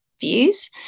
views